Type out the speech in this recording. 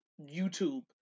YouTube